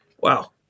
wow